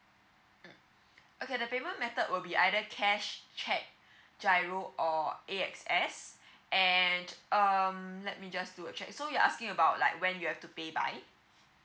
mm okay the payment method will be either cash cheque giro or A_X_S and um let me just do a check so you're asking about like when you have to pay by